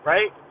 Right